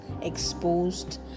exposed